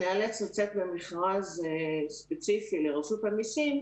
ניאלץ לצאת למכרז ספציפי לרשות המיסים,